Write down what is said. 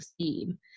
theme